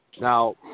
Now